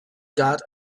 got